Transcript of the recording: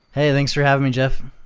hey, thanks for having me, jeff.